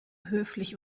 höflich